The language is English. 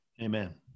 Amen